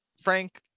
Frank